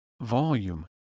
volume